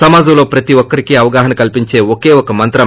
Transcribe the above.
సమాజంలో ప్రతి ఒక్కరికి అవగాహన కల్సించే ఒకే ఒక మంత్రం